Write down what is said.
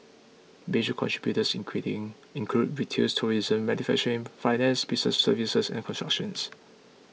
major contributors including include retail tourism manufacturing finance business services and constructions